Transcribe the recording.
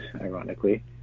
ironically